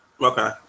Okay